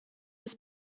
des